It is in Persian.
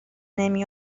نمی